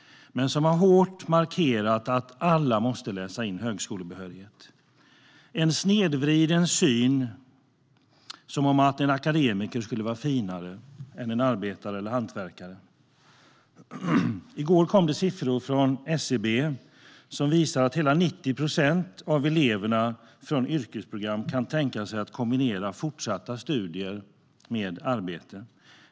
Ni har hårt markerat att alla måste läsa in högskolebehörighet, en snedvriden syn om att en akademiker skulle vara finare än en arbetare eller hantverkare. I går kom det siffror från SCB som visar att hela 90 procent av eleverna från yrkesprogram kan tänka sig att kombinera fortsatta studier med arbete.